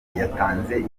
yatanze